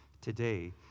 today